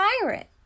pirate